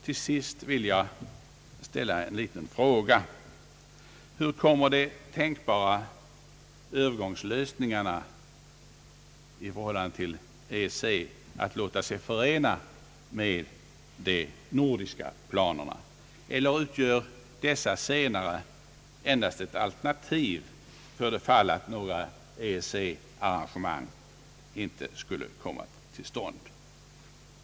Till sist vill jag ställa en liten fråga: Kommer de tänkbara övergångslösningarna i förhållande till EEC att låta sig förenas med de nordiska planerna? Eller utgör dessa senare endast ett alternativ för det fall att några EEC-arrangemang icke skulle komma till stånd?